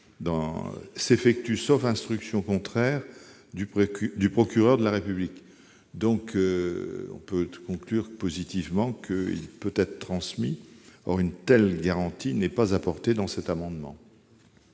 s'effectue « sauf instruction contraire du procureur de la République ». On peut donc conclure positivement que ce document peut être transmis. Or une telle garantie n'est pas apportée dans cet amendement.